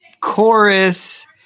chorus